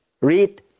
read